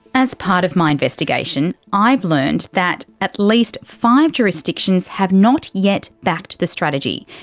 as part of my investigation, i've learned that at least five jurisdictions have not yet backed the strategy.